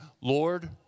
Lord